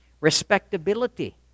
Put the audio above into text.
Respectability